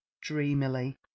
dreamily